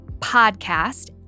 podcast